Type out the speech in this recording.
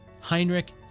Heinrich